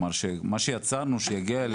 מה שיצרנו שיגיע אליהם.